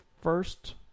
first